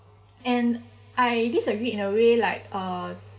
and I disagree in a way like uh